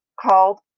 called